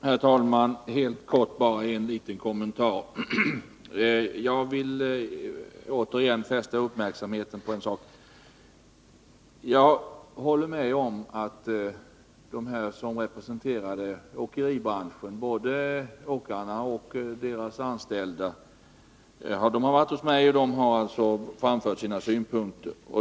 Herr talman! Låt mig bara helt kortfattat återigen fästa uppmärksamheten på en sak. Det är riktigt att de som representerar åkeribranschen, både åkarna och deras anställda, har varit hos mig och framfört sina synpunkter.